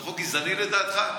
זה חוק גזעני לדעתך?